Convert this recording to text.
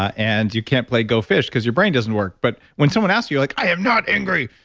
and you can't play go fish because your brain doesn't work. but when someone asks you, like, i am not angry!